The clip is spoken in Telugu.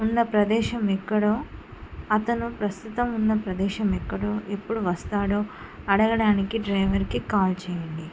ఉన్న ప్రదేశం ఎక్కడో అతను ప్రస్తుతం ఉన్న ప్రదేశం ఎక్కడో ఎప్పుడు వస్తాడో అడగడానికి డ్రైవర్కి కాల్ చేయండి